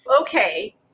Okay